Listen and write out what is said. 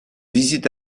visite